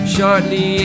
Shortly